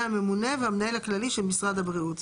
הממונה והמנהל הכללי של משרד הבריאות.